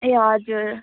ए हजुर